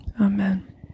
Amen